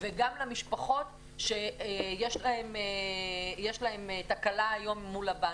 וגם למשפחות שיש להם תקלה היום מול הבנקים.